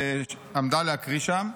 שמישהי עמדה להקריא שם.